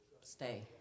stay